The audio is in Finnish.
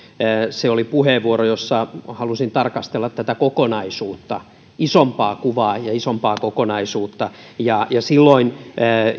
se oli nimenomaan puheenvuoro jossa halusin tarkastella tätä kokonaisuutta isompaa kuvaa ja isompaa kokonaisuutta ja silloin